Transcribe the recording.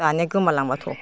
दानिया गोमालांबायथ'